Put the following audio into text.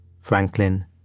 Franklin